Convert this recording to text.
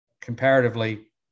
Comparatively